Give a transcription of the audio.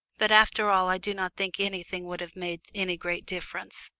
but after all i do not think anything would have made any great difference.